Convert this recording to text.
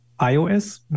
iOS